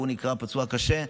הוא נקרא פצוע קשה,